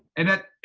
and that,